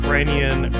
Iranian